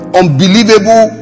unbelievable